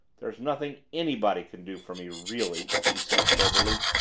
there's nothing anybody can do for me, really, she said soberly.